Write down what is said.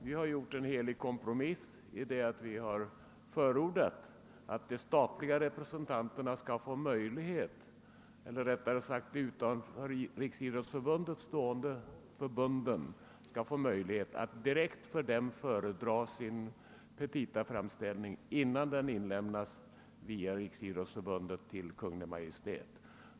Vi har gjort en »helig kompromiss» genom att förorda att de utanför Riksidrottsförbundet stående förbunden skall få möjlighet att direkt föredra sin petitaframställning innan den inlämnas via Riksidrottsförbundet till Kungl. Maj:t.